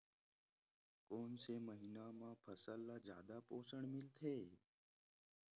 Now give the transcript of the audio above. कोन से महीना म फसल ल जादा पोषण मिलथे?